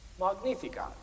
Magnificat